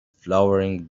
flowering